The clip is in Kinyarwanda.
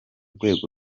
rwego